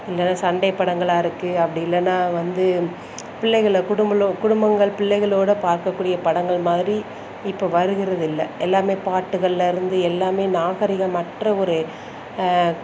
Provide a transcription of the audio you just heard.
இல்லைன்னா சண்டை படங்களாக இருக்குது அப்படி இல்லைன்னா வந்து பிள்ளைங்களை குடும்புலு குடும்பங்கள் பிள்ளைகளோட பார்க்கக்கூடிய படங்கள் மாதிரி இப்போது வருகிறதில்லை எல்லாமே பாட்டுகள்ல இருந்து எல்லாமே நாகரிகமற்ற ஒரு